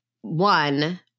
one